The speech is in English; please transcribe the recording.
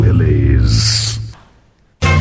willies